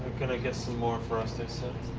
gonna get some more for us they said.